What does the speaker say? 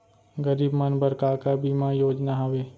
गरीब मन बर का का बीमा योजना हावे?